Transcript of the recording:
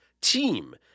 team